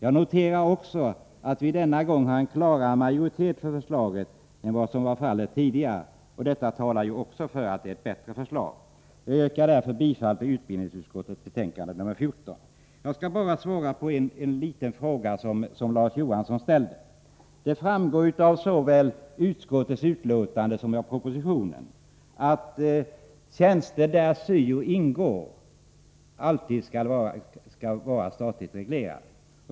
Jag noterar också att vi denna gång har en klarare majoritet för förslaget än vad som var fallet tidigare. Detta talar ju också för att det är ett bättre förslag. Herr talman! Jag yrkar därför bifall till utbildningsutskottets hemställan. Jag skall bara svara på en fråga som Larz Johansson ställde. Det framgår av såväl utskottets betänkande som av propositionen att tjänster, där syo ingår, alltid skall vara statligt reglerade.